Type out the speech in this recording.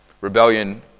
Rebellion